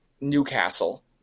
Newcastle